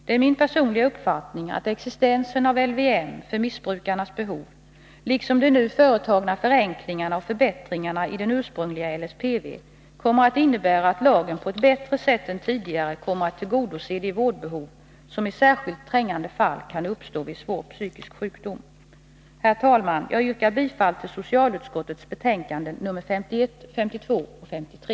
Det är min personliga uppfattning att existensen av LVM för missbrukarnas behov, liksom de nu föreslagna förenklingarna och förbättringarna i den ursprungliga LSPV, kommer att innebära att lagen på ett bättre sätt än tidigare kan tillgodose de vårdbehov som i särskilt trängande fall kan uppstå vid svår psykisk sjukdom. Herr talman! Jag yrkar bifall till hemställan i socialutskottets betänkanden nr 51, 52 och 53.